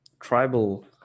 tribal